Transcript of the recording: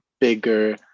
bigger